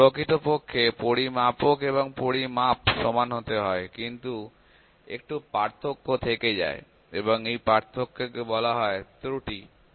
প্রকৃতপক্ষে পরিমাপক এবং পরিমাপ সমান হতে হয় কিন্তু একটু পার্থক্য থেকে যায় এবং এই পার্থক্য কে বলা হয় ত্রুটি বা error